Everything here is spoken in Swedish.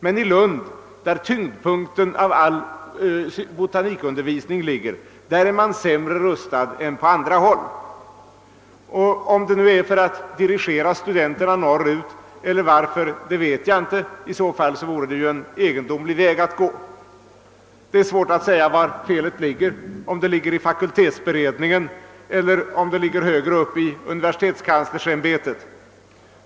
Men i Lund, där tyngdpunkten för all botanisk undervisning ligger, är man sämre rustad än på andra håll. Om det är så för att dirigera studenterna norrut vet jag inte; i så fall är det en egendomlig väg att gå. Det är svårt att säga om felet ligger hos fakultetsberedningen eller högre upp i universitetskanslersämbetet.